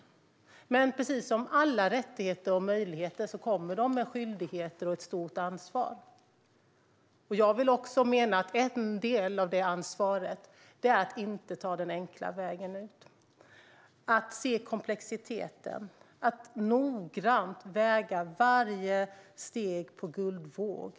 Men den kommer, precis som alla rättigheter och möjligheter, med skyldigheter och ett stort ansvar. Jag menar att en del av ansvaret är att inte ta den enkla vägen ut. Man behöver se komplexiteten och noggrant väga varje steg på guldvåg.